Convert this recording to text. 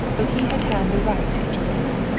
but he had had the right to interfere.